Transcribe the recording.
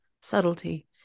subtlety